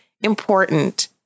important